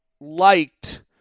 liked